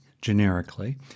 generically